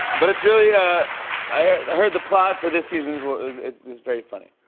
but it's really ah i heard the plot for this season is very funny.